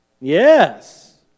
Yes